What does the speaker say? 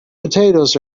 potatoes